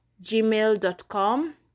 gmail.com